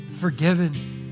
forgiven